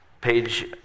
page